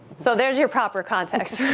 so there's your proper context